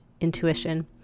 intuition